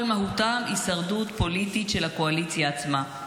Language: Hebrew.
מהותם הישרדות פוליטית של הקואליציה עצמה,